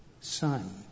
Son